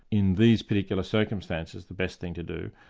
in these particular circumstances, the best thing to do,